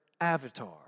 avatar